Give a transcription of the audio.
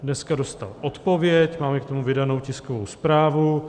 Dneska dostal odpověď, máme k tomu vydanou tiskovou zprávu.